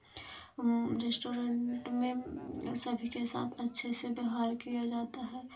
restaurant में सभी के साथ अच्छे से व्यवहार किया जाता है